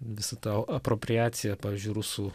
visa ta apropriacija pavyzdžiui rusų